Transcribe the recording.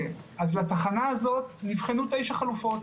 אז לתחנה הזו נבחנו תשע חלופות.